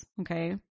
okay